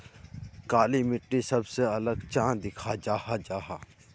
काली मिट्टी सबसे अलग चाँ दिखा जाहा जाहा?